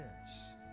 Yes